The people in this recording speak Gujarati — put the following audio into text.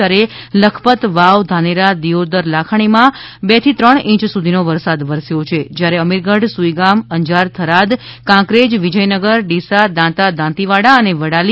જયારે લખપત વાવ ધાનેરા દિયોદર લાખણીમાં બે થી ત્રણ ઈંચ સુધીનો વરસાદ વરસ્યો છે જ્યારે અમીરગઢ સુઈગામ અંજાર થરાદ કાંકરેજ વિજયનગર ડીસા દાતા દાંતીવાડા અને વડાલી